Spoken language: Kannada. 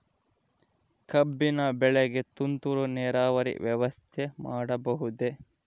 ಕಬ್ಬಿನ ಬೆಳೆಗೆ ತುಂತುರು ನೇರಾವರಿ ವ್ಯವಸ್ಥೆ ಮಾಡಬಹುದೇ?